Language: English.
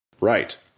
Right